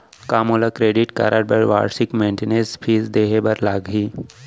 का मोला credit card बर वार्षिक मेंटेनेंस फीस देहे बर लागही?